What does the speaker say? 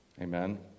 Amen